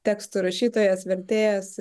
teksto rašytojas vertėjas